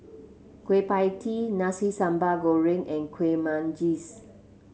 Kueh Pie Tee Nasi Sambal Goreng and Kueh Manggis